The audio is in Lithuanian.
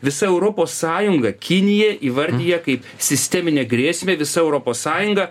visa europos sąjunga kiniją įvardija kaip sisteminę grėsmę visa europos sąjunga